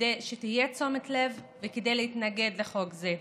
כדי שתהיה תשומת לב וכדי להתנגד לחוק זה.